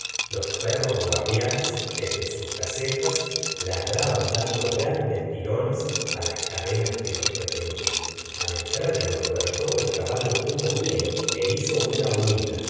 giustavo flaitbert guardianes desde sus casetas ladraban dando grandes tirones las cadenas que los retenían al entrar en los berteaux el caballo tuvo miedo é hizo una huida